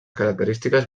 característiques